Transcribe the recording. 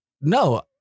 No